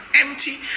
empty